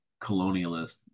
colonialist